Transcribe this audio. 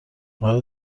آره